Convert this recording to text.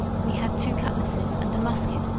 we had two cutlasses and a musquet,